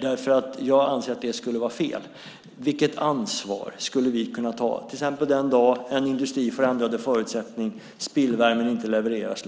därför att jag anser att det skulle vara fel. Vilket ansvar skulle vi kunna ta till exempel den dag en industri får ändrade förutsättningar och spillvärmen inte längre levereras?